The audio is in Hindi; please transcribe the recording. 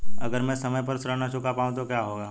अगर म ैं समय पर ऋण न चुका पाउँ तो क्या होगा?